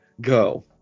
Go